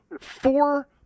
Four